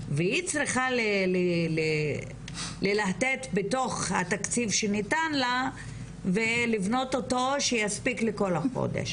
והיא צריכה ללהטט בתוך התקציב שניתן לה ולבנות אותו שיספיק לכל החודש,